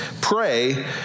pray